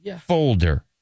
folder